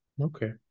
okay